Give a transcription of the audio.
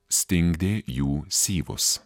stingdė jų syvus